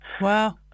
Wow